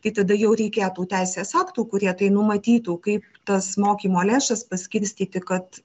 tai tada jau reikėtų teisės aktų kurie tai numatytų kaip tas mokymo lėšas paskirstyti kad